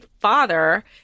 father